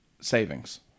savings